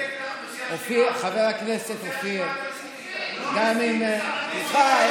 אתה מסיר את המכסה של המשקפת ואתה פתאום סותר את כל מה שאמרת.